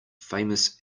famous